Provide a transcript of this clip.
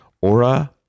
Aura